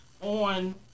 on